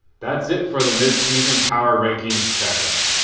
that's it for the midseason power rankings checkup.